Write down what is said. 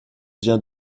vient